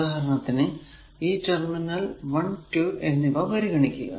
ഉദാഹരണത്തിന് ഈ ടെർമിനൽ 1 2 എന്നിവ പരിഗണിക്കുക